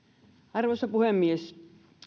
arvoisa puhemies